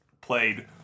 played